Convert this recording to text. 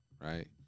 Right